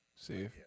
See